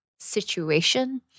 Situation